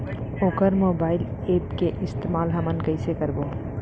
वोकर mobile app के इस्तेमाल हमन कइसे करबो?